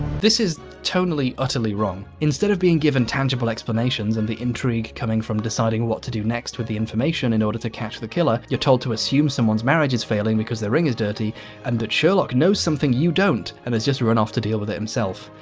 this is tonally, utterly wrong. instead of being given tangible explanations and the intrigue coming from deciding what to do next with the information in order to catch the killer you're told to assume someone's marriage is failing because their ring is dirty and that sherlock knows something you don't and has just run off to deal with it himself.